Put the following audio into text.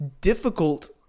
difficult